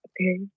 okay